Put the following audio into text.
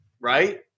Right